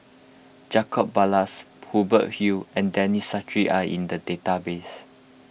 Jacob Ballas Hubert Hill and Denis Santry are in the database